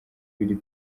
w’iri